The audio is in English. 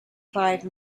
five